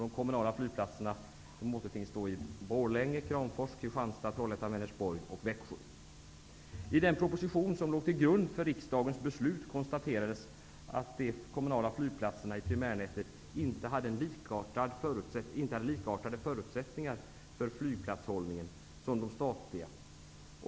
De kommunala flygplatserna återfinns i I den proposition som låg till grund för riksdagens beslut konstaterades att de kommunala flygplatserna i primärnätet inte hade likartade förutsättningar för flygplatshållningen som de statliga.